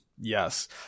Yes